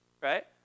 right